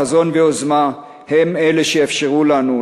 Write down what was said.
חזון ויוזמה הם אלה שיאפשרו לנו,